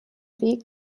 weg